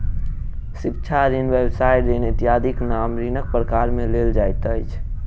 शिक्षा ऋण, व्यवसाय ऋण इत्यादिक नाम ऋणक प्रकार मे लेल जाइत अछि